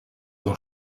een